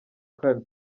kane